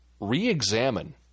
re-examine